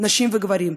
נשים וגברים,